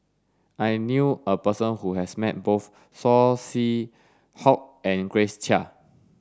I knew a person who has met both Saw Swee Hock and Grace Chia